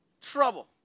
Trouble